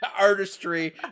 artistry